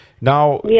Now